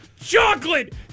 Chocolate